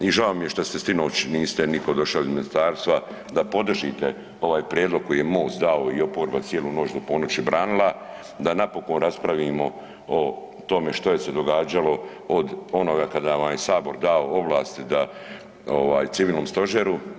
I žao mi je što sinoć nitko nije došao iz Ministarstva da podržite ovaj prijedlog koji je Most dao i oporba cijelu noć do ponoći branila, da napokon raspravimo o tome što se događalo od onoga kada vam je Sabor dao ovlast Civilnom stožeru.